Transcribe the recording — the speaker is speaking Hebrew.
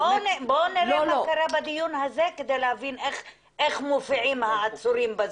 בואו נראה מה קרה בדיון הזה כדי להבין איך מופיעים העצורים בזום.